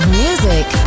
music